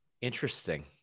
Interesting